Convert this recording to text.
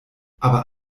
aber